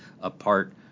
apart